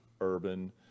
urban